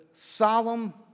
Solemn